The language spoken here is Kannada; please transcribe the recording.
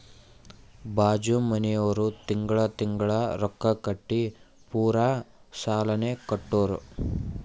ಬಾಜು ಮನ್ಯಾವ್ರು ತಿಂಗಳಾ ತಿಂಗಳಾ ರೊಕ್ಕಾ ಕಟ್ಟಿ ಪೂರಾ ಸಾಲಾನೇ ಕಟ್ಟುರ್